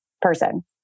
person